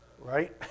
right